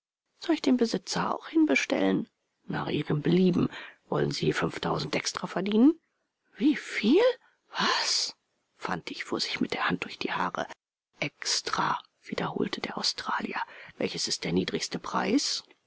soll ich den besitzer auch hinbestellen nach ihrem belieben wollen sie fünftausend extra verdienen wieviel was fantig fuhr sich mit der hand durch die haare extra wiederholte der australier welches ist der niedrigste preis